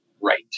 Right